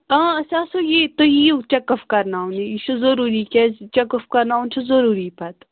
أسۍ آسَو یٔتھۍ تُہۍ یِیُو چَک اَپ کرٕناونہِ یہِ چھِ ضُروٗری کیٛازِ چَک اَپ کَرٕناوُن چھِ ضُروٗری پتہٕ